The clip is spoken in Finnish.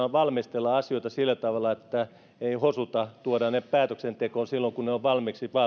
on valmistella asioita sillä tavalla että ei hosuta tuodaan ne päätöksentekoon silloin kun ne ovat valmiiksi